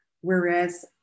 whereas